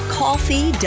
coffee